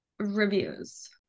reviews